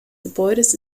gebäudes